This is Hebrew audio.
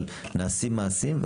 אבל נעשים מעשים,